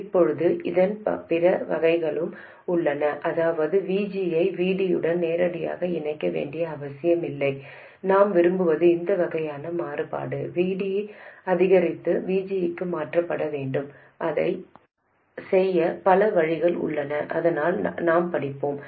இப்போது இதன் பிற வகைகளும் உள்ளன அதாவது VG யை VD யுடன் நேரடியாக இணைக்க வேண்டிய அவசியமில்லை நாம் விரும்புவது இந்த வகையான மாறுபாடு VD அதிகரித்து VGக்கு மாற்றப்பட வேண்டும் அதை செய்ய பல வழிகள் உள்ளன அதனால் நாம் படிப்போம்